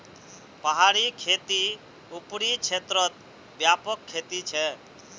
पहाड़ी खेती ऊपरी क्षेत्रत व्यापक खेती छे